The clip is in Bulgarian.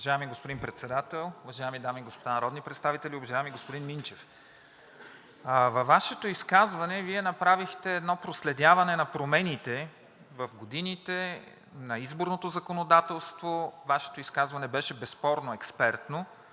господин Председател, уважаеми дами и господа народни представители! Уважаеми господин Минчев, във Вашето изказване Вие направихте едно проследяване на промените в годините на изборното законодателство. Вашето изказване беше безспорно експертно,